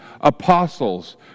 apostles